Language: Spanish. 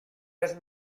los